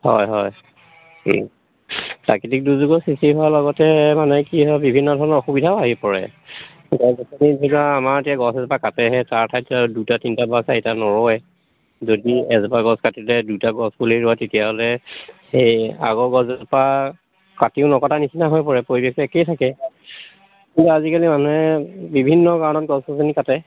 হয় হয় এই প্ৰাকৃতিক দুৰ্যোগৰ সৃষ্টি হোৱাৰ লগতে মানে কি হয় বিভিন্ন ধৰণৰ অসুবিধাও আহি পৰে গছ গছনি ধৰা আমাৰ এতিয়া গছজোপা কাটেহে তাৰ ঠাইত দুটা তিনিটা বা চাৰিটা নোৰুৱে যদি এজোপা গছ কাটিলে দুটা গছ পুলি ৰুৱে তেতিয়াহ'লে সেই আগৰ গছজোপা কাটিও নকটা নিচিনা হৈ পৰে পৰিৱেশটো একেই থাকে কিন্তু আজিকালি মানুহে বিভিন্ন কাৰণত গছ গছনি কাটে